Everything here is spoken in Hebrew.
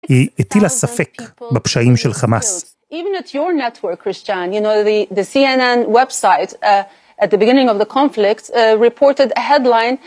היא הטילה ספק בפשעים של חמאס.